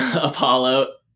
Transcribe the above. Apollo